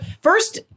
first